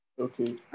Okay